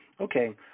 okay